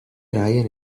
ryan